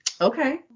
Okay